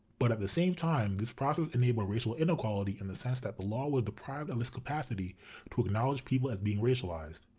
but at the same time, this process enabled racial inequality in the sense that but law was the private unless capacity to acknowledge people as being racialized,